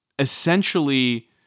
essentially